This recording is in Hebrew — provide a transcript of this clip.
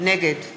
נגד